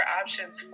options